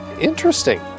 interesting